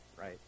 right